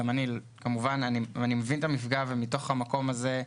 כמובן שגם אני מבין את המפגע, ומתוך המקום הזה,